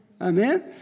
Amen